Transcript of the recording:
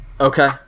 Okay